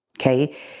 Okay